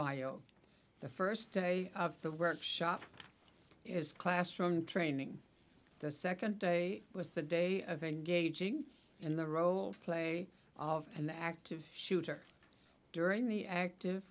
mio the first day of the workshop is classroom training the second day was the day of engaging in the role of play of an active shooter during the active